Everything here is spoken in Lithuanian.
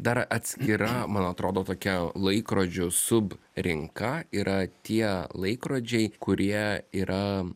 dar atskira man atrodo tokia laikrodžių sub rinka yra tie laikrodžiai kurie yra